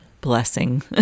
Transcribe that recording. blessing